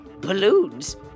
Balloons